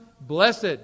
blessed